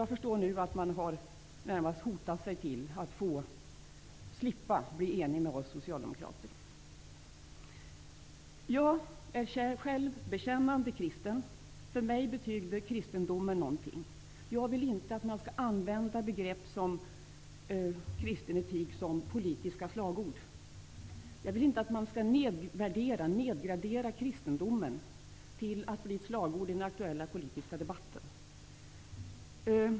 Jag förstår nu att man i det närmaste har hotat sig till att slippa bli enig med oss socialdemokrater. Jag är själv bekännande kristen. För mig betyder kristendomen någonting. Jag vill inte att man skall använda begrepp som ''kristen etik'' som politiska slagord. Jag vill inte att man skall nedgradera kristendomen till att bli ett slagord i den aktuella politiska debatten.